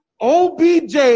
OBJ